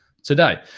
today